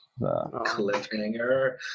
Cliffhanger